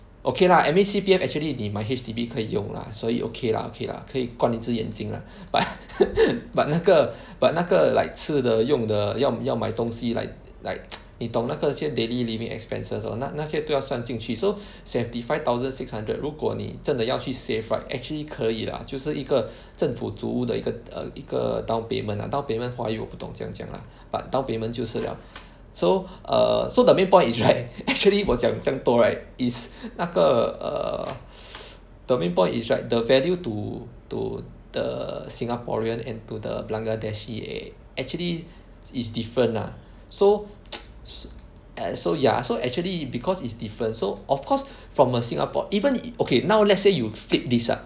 okay lah I mean C_P_F actually 你买 H_D_B 可以用 lah 所以 okay lah okay lah 可以管一只眼睛 lah but but 那个 but 那个 like 吃的用的要要买东西 like like 你懂那个现 daily living expenses lor 那那些都要算进去 so seventy five thousand six hundred 如果你真的要去 save right actually 可以 lah 就是一个政府组屋的一个 err 一个 downpayment downpayment 华语我不懂怎样讲 lah but downpayment 就是了 so err so the main point is right actually 我讲这样多 right is 那个 err the main point is right the value to to the Singaporean and to the Bangladeshi eh actually is different lah so so so ya so actually because it's different so of course from a Singapore even okay now let's say you flip this ah